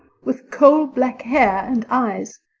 with coal-black hair and eyes.